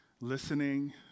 listening